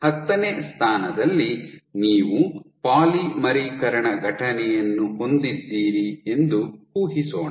ಹತ್ತನೇ ಸ್ಥಾನದಲ್ಲಿ ನೀವು ಪಾಲಿಮರೀಕರಣ ಘಟನೆಯನ್ನು ಹೊಂದಿದ್ದೀರಿ ಎಂದು ಊಹಿಸೋಣ